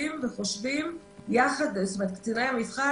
קציני המבחן,